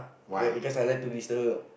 uh because I like to disturb her